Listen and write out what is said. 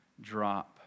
drop